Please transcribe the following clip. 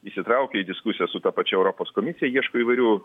įsitraukė į diskusiją su ta pačia europos komisija ieško įvairių